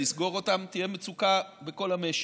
תסגור אותן, תהיה מצוקה בכל המשק.